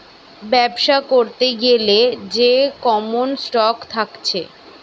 বেবসা করতে গ্যালে যে কমন স্টক থাকছে